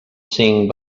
cinc